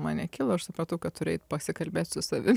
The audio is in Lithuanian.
man nekilo aš supratau kad turiu eit pasikalbėt su savim